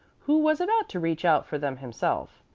who was about to reach out for them himself.